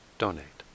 donate